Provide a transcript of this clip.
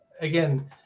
Again